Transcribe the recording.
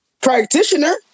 practitioner